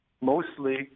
mostly